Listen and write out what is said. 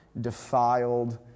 defiled